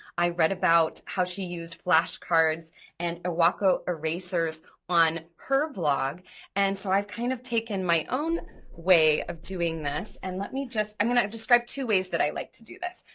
i read about how she used flashcards and iwako erasers on her blog and so i've kind of taken my own way of doing this, and let me just, i'm gonna just grab two ways that i like to do this.